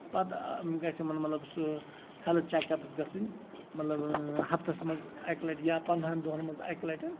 پَتہٕ گژھِ یِمن مطلب سُہ ہیلتھ چیک اَپٔس گَژھٕنۍ مطلب ہَفتَس منٛز اکہِ لَٹہِ یا پَندہن دۄہن منٛز اَکہِ لَٹہِ